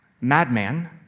Madman